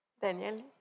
Danielle